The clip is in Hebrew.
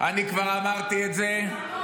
אני כבר אמרתי את זה,